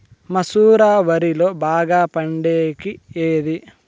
మసూర వరిలో బాగా పండేకి ఏది?